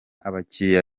abakiliya